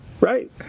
right